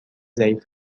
ضعیف